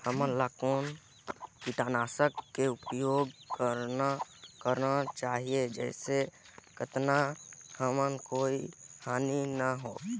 हमला कौन किटनाशक के उपयोग करन चाही जिसे कतना हमला कोई हानि न हो?